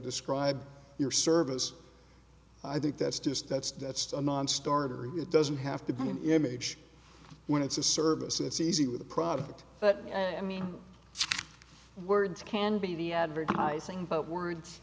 describe your service i think that's just that's that's a nonstarter it doesn't have to be an image when it's a service it's easy with a product but i mean words can be the advertising but words